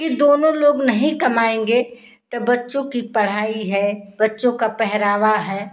दोनों लोग नहीं कमाएँगे तो बच्चों की पढ़ाई है बच्चों का पहरावा है